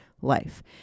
life